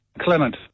Clement